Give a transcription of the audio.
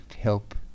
help